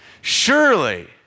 Surely